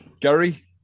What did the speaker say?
Gary